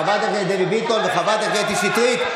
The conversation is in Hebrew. חברת הכנסת דבי ביטון וחברת הכנסת קטי שטרית,